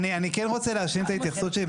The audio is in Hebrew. אני כן רוצה להשלים את ההתייחסות שלי,